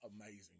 amazing